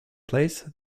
place